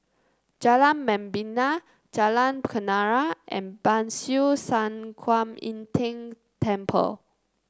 Jalan Membina Jalan Kenarah and Ban Siew San Kuan Im Tng Temple